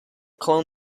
clone